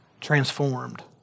transformed